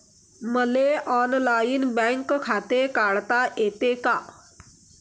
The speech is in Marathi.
मले ऑनलाईन बँक खाते काढता येते का?